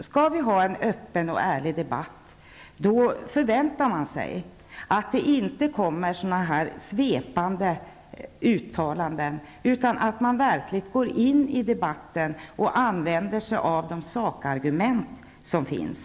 Skall vi ha en öppen och ärlig debatt förväntar man sig att det inte görs sådana här svepande uttalanden, utan att man verkligen går in i debatten och använder sig av de sakargument som finns.